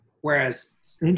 whereas